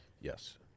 yes